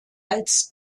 als